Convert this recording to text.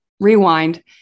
Rewind